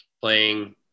playing